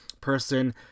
person